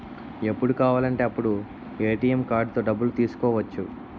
ఎప్పుడు కావాలంటే అప్పుడు ఏ.టి.ఎం కార్డుతో డబ్బులు తీసుకోవచ్చు